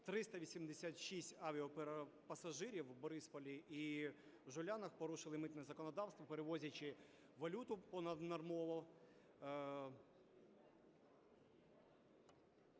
386 авіапасажирів у Борисполі і в Жулянах порушили митне законодавство, перевозячи валюту понаднормово,